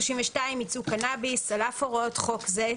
32.ייצוא קנאביס על אף הוראות חוק זה,